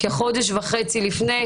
כחודש וחצי לפני,